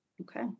Okay